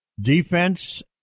defense